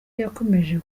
yakomeje